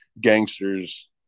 gangsters